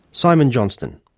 simon johnston.